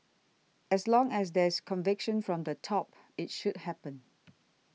as long as there's conviction from the top it should happen